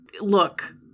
look